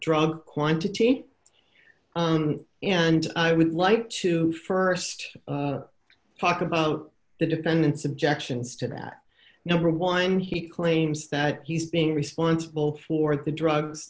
drug quantity and i would like to st talk about the defendant's objections to that number one he claims that he's being responsible for the drugs